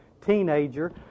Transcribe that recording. teenager